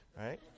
right